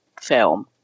film